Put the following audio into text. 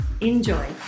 enjoy